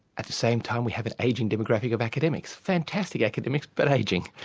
at the same time we have an ageing democratic of academics, fantastic academics but ageing.